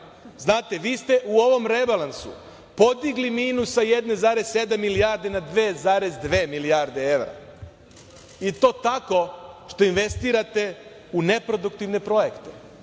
para. Vi ste u ovom rebalansu podigli minus sa 1,7 milijarde na 2,2 milijarde evra i to tako što investirate u neproduktivne projekte,